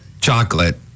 Chocolate